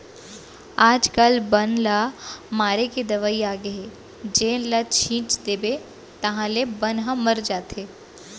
आजकाल बन ल मारे के दवई आगे हे जेन ल छिंच देबे ताहाँले बन ह मर जाथे